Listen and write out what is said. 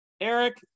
Eric